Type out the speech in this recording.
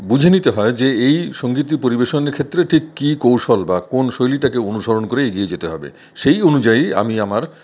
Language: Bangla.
বুঝে নিতে হয় যে এই সঙ্গীতটি পরিবেশনের ক্ষেত্রে ঠিক কি কৌশল বা কোন শৈলীটাকে অনুসরণ করে এগিয়ে যেতে হবে সেই অনুযায়ী আমি আমার